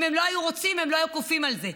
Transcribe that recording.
אם הם לא היו רוצים, הם לא היו חותמים על זה.